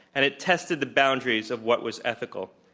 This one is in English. and it tested the boundaries of what was ethical.